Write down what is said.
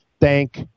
thank